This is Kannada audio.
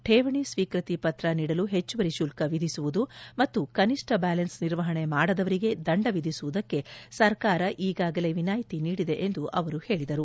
ಠೇವಣಿ ಸ್ವೀಕೃತಿ ಪತ್ರ ನೀಡಲು ಹೆಚ್ಚುವರಿ ಶುಲ್ಕ ವಿಧಿಸುವುದು ಮತ್ತು ಕನಿಷ್ಣ ಬ್ಯಾಲೆನ್ಪ್ ನಿರ್ವಹಣೆ ಮಾಡದವರಿಗೆ ದಂಡ ವಿಧಿಸುವುದಕ್ಕೆ ಸರ್ಕಾರ ಈಗಾಗಲೇ ವಿನಾಯ್ತಿ ನೀಡಿದೆ ಎಂದು ಅವರು ಹೇಳಿದರು